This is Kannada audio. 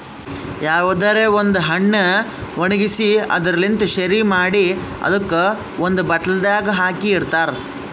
ಯಾವುದರೆ ಒಂದ್ ಹಣ್ಣ ಒಣ್ಗಿಸಿ ಅದುರ್ ಲಿಂತ್ ಶೆರಿ ಮಾಡಿ ಅದುಕ್ ಒಂದ್ ಬಾಟಲ್ದಾಗ್ ಹಾಕಿ ಇಡ್ತಾರ್